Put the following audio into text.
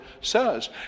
says